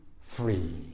free